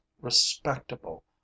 respectable